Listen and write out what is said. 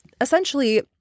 essentially